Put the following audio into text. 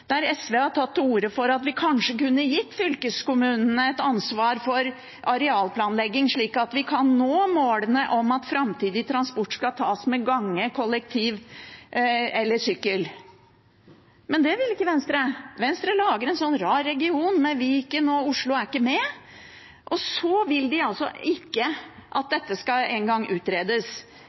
der SV har tatt til orde for at vi kanskje kunne gitt fylkeskommunene et ansvar for arealplanlegging, slik at vi kan nå målene om at framtidig transport skal tas med gange, kollektiv eller sykkel. Men det vil ikke Venstre. Venstre lager en sånn rar region – Viken, der Oslo ikke er med – og så vil de ikke engang at dette skal utredes.